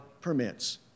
permits